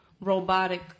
robotic